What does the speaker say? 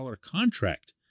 contract